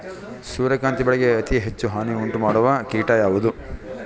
ಸೂರ್ಯಕಾಂತಿ ಬೆಳೆಗೆ ಅತೇ ಹೆಚ್ಚು ಹಾನಿ ಉಂಟು ಮಾಡುವ ಕೇಟ ಯಾವುದು?